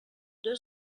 deux